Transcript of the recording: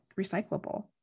recyclable